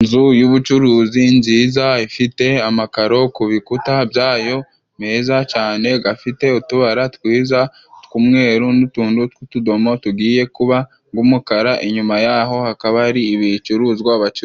Inzu y'ubucuruzi nziza ifite amakaro ku bikuta byayo meza cane gafite utubara twiza tw'umweru n'utuntu tw'utudomo tugiye kuba ng'umukara inyuma yaho hakaba hari ibicuruzwa bacuru...